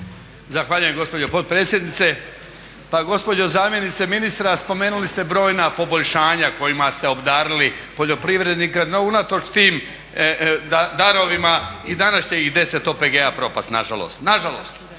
Zahvaljujem gospođo potpredsjednice. Pa gospođo zamjenice ministra, spomenuli ste brojna poboljšanja kojima ste obdarili poljoprivrednike no unatoč tim darovima i danas će ih OPG-a propasti nažalost,